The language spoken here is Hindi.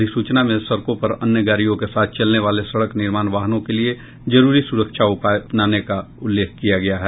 अधिसूचना में सड़कों पर अन्य गाड़ियों के साथ चलने वाले सड़क निर्माण वाहनों के लिए जरूरी सुरक्षा उपाय अपनाने का उल्लेख किया गया है